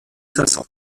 saison